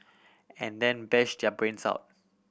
and then bash their brains out